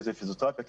שזה פיזיותרפיה,